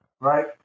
Right